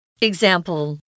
Example